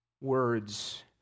words